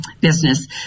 business